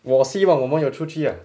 我希望我们有出去 ah